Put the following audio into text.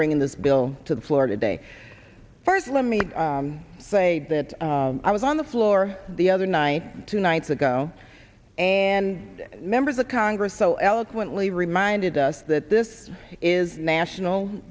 bringing this bill to the floor today first let me say that i was on the floor the other night two nights ago and members of congress so eloquently reminded us that this is national